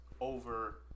over